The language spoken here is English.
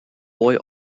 boy